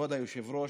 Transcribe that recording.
כבוד היושב-ראש,